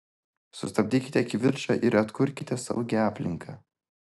sustabdykite kivirčą ir atkurkite saugią aplinką